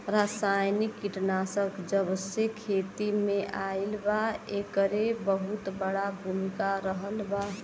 रासायनिक कीटनाशक जबसे खेती में आईल बा येकर बहुत बड़ा भूमिका रहलबा